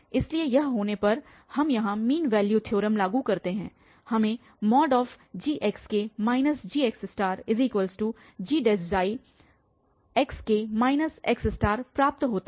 इसलिए यह होने पर हम यहाँ मीन वैल्यू थ्योरम लागू करते हैं हमें gxk gxgxk x प्राप्त होता है